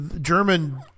German